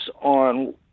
on